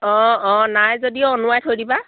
অঁ অঁ নাই যদি অনোৱাই থৈ দিবা